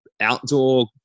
outdoor